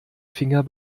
finger